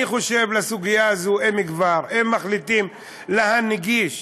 אני חושב בסוגיה הזו שאם כבר, אם מחליטים להנגיש